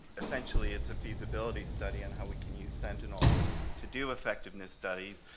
essentially it's a feasibility study on how we can use sentinel to do effectiveness studies.